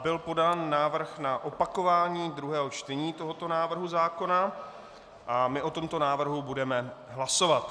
Byl podán návrh na opakování druhého čtení tohoto návrhu zákona a my o tomto návrhu budeme hlasovat.